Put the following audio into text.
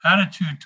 attitude